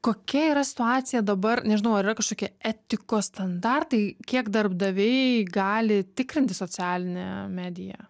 kokia yra situacija dabar nežinau ar yra kažkokie etikos standartai kiek darbdaviai gali tikrinti socialinę mediją